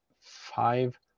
five